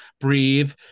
breathe